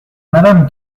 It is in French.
madame